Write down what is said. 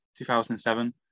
2007